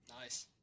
Nice